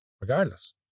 Regardless